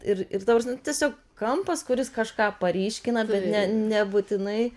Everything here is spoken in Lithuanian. ir ir ta prasm nu tiesiog kampas kuris kažką paryškina bet ne nebūtinai